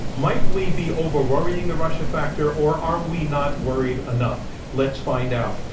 might we be over-worrying the russia factor or are we not worried enough? let's find out.